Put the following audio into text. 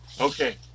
Okay